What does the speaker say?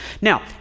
Now